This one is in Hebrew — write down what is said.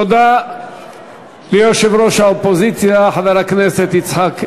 תודה ליושב-ראש האופוזיציה חבר הכנסת יצחק הרצוג.